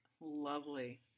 Lovely